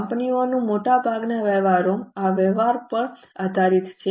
કંપનીઓના મોટાભાગના વ્યવહારો આ વ્યવહારો પર આધારિત છે